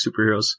superheroes